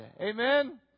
Amen